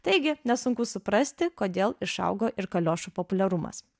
taigi nesunku suprasti kodėl išaugo ir kaliošų populiarumas